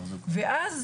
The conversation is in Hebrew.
ואז